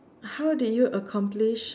how did you accomplish